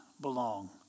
belong